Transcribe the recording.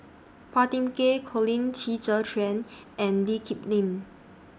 Phua Thin Kiay Colin Qi Zhe Quan and Lee Kip Lin